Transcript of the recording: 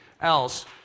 else